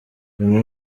bimwe